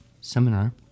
seminar